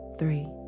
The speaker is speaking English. three